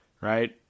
right